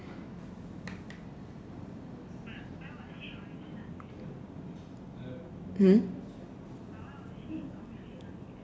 hmm